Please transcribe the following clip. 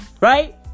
right